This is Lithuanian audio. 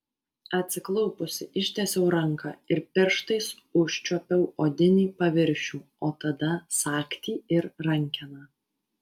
atsiklaupusi ištiesiau ranką ir pirštais užčiuopiau odinį paviršių o tada sagtį ir rankeną